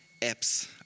apps